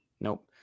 Nope